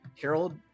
Harold